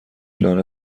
لانه